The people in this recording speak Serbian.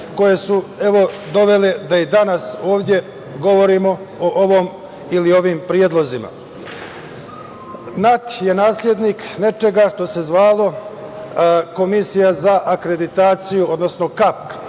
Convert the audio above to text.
koje su, evo, dovele da i danas ovde govorimo o ovom ili ovim predlozima. Dakle, NAT je naslednik nečega što se zvalo Komisija za akreditaciju, odnosno KAPK.